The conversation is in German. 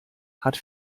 hat